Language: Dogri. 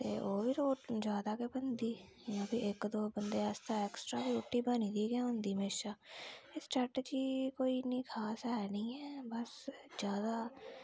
ते ओह् बी रोज़ जादा गै बनदी ते इ'यां फ्ही इक दो बंदे आस्तै ऐक्स्ट्रा बी रोटी बनी दी गै होंदी हमेशा स्ट्रैटजी कोई इन्नी खास है निं ऐ बस जादा